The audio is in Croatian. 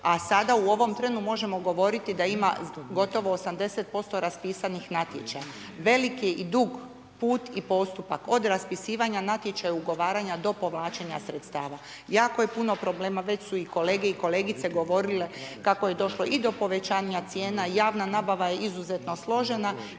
a sada u ovom trenu možemo govoriti da ima gotovo 80% raspisanih natječaja, velik je i dug put i postupak od raspisivanja natječaja, ugovaranja do povlačenja sredstava. Jako je puno problema već su i kolege i kolegice govorile kako je došlo i do povećanja cijena, javna nabava je izuzetno složena